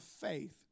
faith